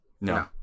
No